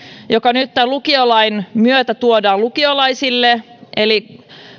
joka nyt tämän lukiolain myötä tuodaan lukiolaisille eli